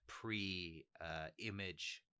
pre-image